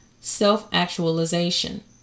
self-actualization